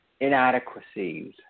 inadequacies